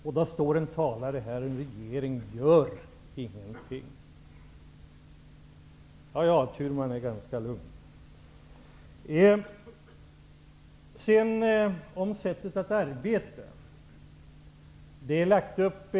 Efter detta står en talare här och säger att regeringen inte gör någonting. Det är tur att man är ganska lugn av sig.